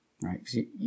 right